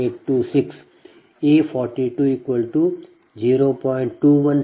7826 A 42 0